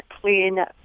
clean